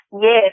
yes